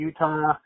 Utah